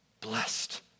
Blessed